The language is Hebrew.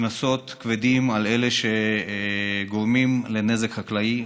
וקנסות כבדים על אלה שגורמים לנזק חקלאי.